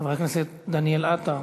חבר הכנסת דניאל עטר,